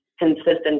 consistent